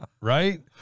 right